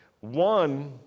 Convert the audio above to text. One